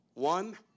one